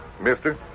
Mister